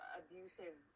abusive